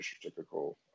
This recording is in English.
typical